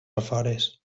afores